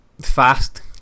Fast